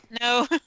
No